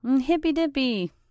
hippy-dippy